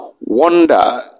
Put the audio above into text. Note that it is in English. Wonder